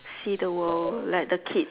see the world let the kid